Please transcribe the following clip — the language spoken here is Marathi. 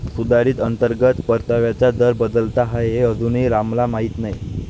सुधारित अंतर्गत परताव्याचा दर बदलला आहे हे अजूनही रामला माहीत नाही